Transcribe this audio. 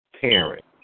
parent